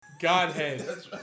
Godhead